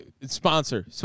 Sponsor